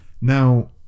Now